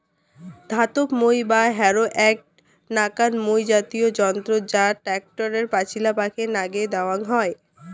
ধাতব মই বা হ্যারো এ্যাক নাকান মই জাতীয় যন্ত্র যা ট্যাক্টরের পাচিলাপাকে নাগে দ্যাওয়াং হই